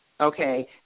Okay